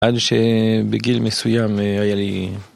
עד שבגיל מסוים, היה לי...